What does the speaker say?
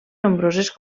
nombroses